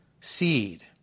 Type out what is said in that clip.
seed